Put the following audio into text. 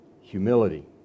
Humility